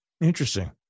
Interesting